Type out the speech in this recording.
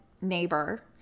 neighbor